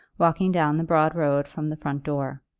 walking down the broad road from the front door.